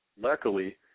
luckily